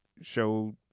show